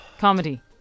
Comedy